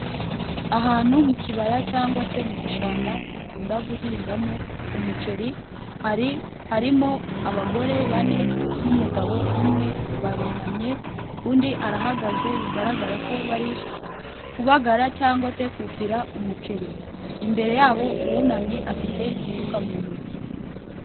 Ahantu mu kibaya cyangwa se mu gishanga bakunda guhingamo umuceri hari harimo abagore bane n'umugabo umwe barunamye undi arahagaze bigaragara ko bari kubagara cyangwa se kufira umuceri, imbere yabo uwunamye afite isuka mu ntoki.